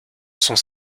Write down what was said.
sont